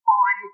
on